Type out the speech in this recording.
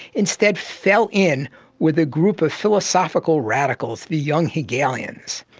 instead fell in with a group of philosophical radicals the young hegelians.